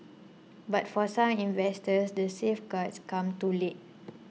but for some investors the safeguards come too late